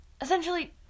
essentially